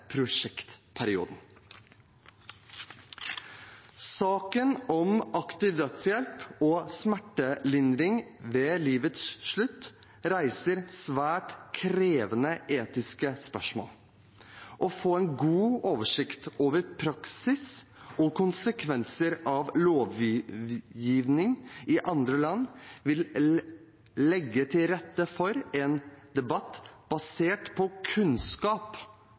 prosjektperioden. Saken om aktiv dødshjelp og smertelindring ved livets slutt reiser svært krevende etiske spørsmål. Å få en god oversikt over praksis og konsekvenser av lovgivning i andre land vil legge til rette for en debatt basert på kunnskap